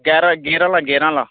गेर गेयर आह्ला गेयर आह्ला